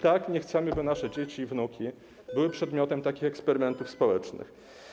Tak, nie chcemy, by nasze dzieci i nasze wnuki były przedmiotem eksperymentów społecznych.